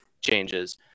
changes